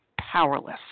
powerless